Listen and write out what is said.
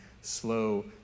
slow